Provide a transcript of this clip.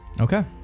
okay